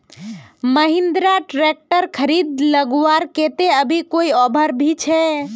Mahindra tractor खरीद लगवार केते अभी कोई ऑफर भी छे?